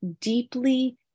deeply